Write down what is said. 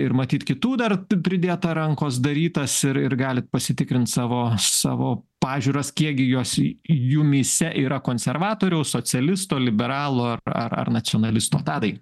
ir matyt kitų dar pridėta rankos darytas ir ir galit pasitikrint savo savo pažiūras kiekgi jos jumyse yra konservatoriaus socialisto liberalo ar ar nacionalisto tadai